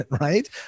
right